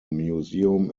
museum